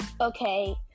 Okay